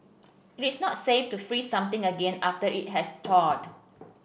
it is not safe to freeze something again after it has thawed